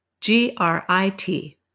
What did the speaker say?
G-R-I-T